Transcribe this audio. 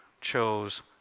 chose